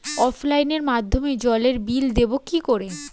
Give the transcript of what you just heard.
অফলাইনে মাধ্যমেই জলের বিল দেবো কি করে?